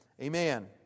Amen